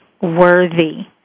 worthy